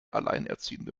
alleinerziehende